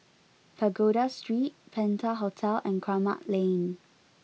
Pagoda Street Penta Hotel and Kramat Lane